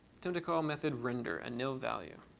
to to call method render a nil value.